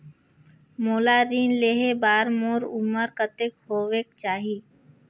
मोला ऋण लेहे बार मोर उमर कतेक होवेक चाही?